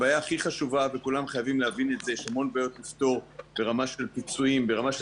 יש הרבה בעיות לפתור במישור של הפיצויים ודברים